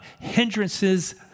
hindrances